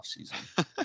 offseason